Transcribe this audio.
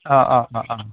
अ अ अ अ